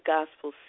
Gospel